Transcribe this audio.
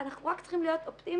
אנחנו רק צריכים להיות אופטימיים